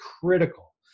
critical